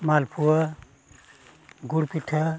ᱢᱟᱞᱯᱳᱣᱟᱹ ᱜᱩᱲ ᱯᱤᱴᱷᱟᱹ